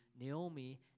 Naomi